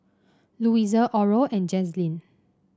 Louisa Oral and Jazlene